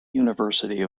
university